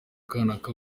kanaka